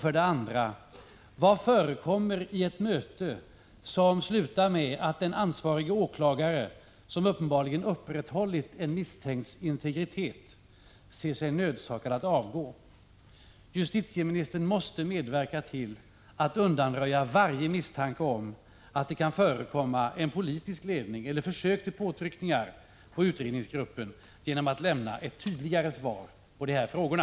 Vidare: Vad förekommer i ett möte som slutar med att den ansvarige åklagaren, som uppenbarligen upprätthållit en misstänkts integritet, ser sig nödsakad att avgå? Justitieministern måste medverka till att undanröja varje misstanke om att det kan förekomma en politisk ledning eller försök till påtryckningar på utredningsgruppen genom att lämna ett tydligare svar på de här frågorna.